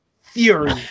Fury